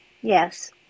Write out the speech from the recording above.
Yes